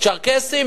צ'רקסים,